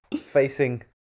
facing